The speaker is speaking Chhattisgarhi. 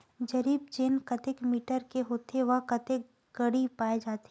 जरीब चेन कतेक मीटर के होथे व कतेक कडी पाए जाथे?